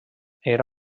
era